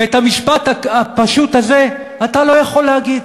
ואת המשפט הפשוט הזה אתה לא יכול להגיד.